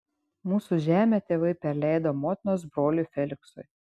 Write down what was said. mūsų žemę tėvai perleido motinos broliui feliksui